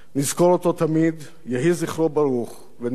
יהי זכרו ברוך ונשמתו צרורה בצרור החיים